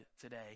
today